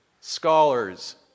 scholars